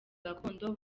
gakondo